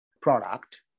product